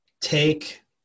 Take